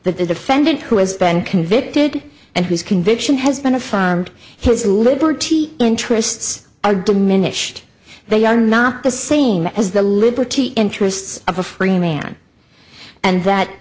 the defendant who has been convicted and whose conviction has been affirmed his liberty interests are diminished they are not the same as the liberty interests of a free man and that